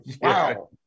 Wow